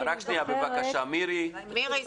מירי,